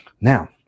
now